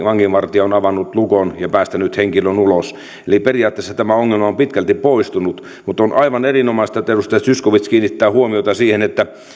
vanginvartija on avannut lukon ja päästänyt henkilön ulos periaatteessa tämä ongelma on pitkälti poistunut mutta on aivan erinomaista että edustaja zyskowicz kiinnittää huomiota siihen että